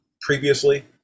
previously